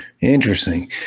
Interesting